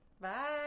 Bye